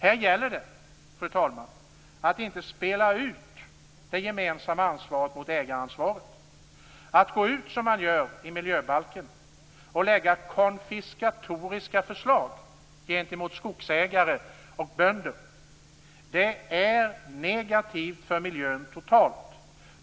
Här gäller det, fru talman, att inte spela ut det gemensamma ansvaret mot ägaransvaret. Att gå ut som man gör i miljöbalken och lägga fram konfiskatoriska förslag gentemot skogsägare och bönder är negativt för miljön totalt sett.